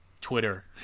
Twitter